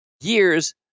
years